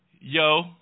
yo